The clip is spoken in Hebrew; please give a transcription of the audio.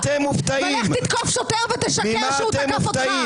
ולך תתקוף שוטר ותשקר שהוא תקף אותך.